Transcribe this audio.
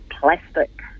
plastic